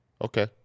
Okay